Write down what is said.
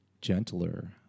gentler